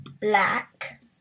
black